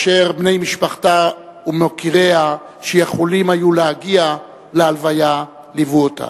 ובני משפחתה ומוקיריה שיכולים היו להגיע להלוויה ליוו אותה.